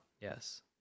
yes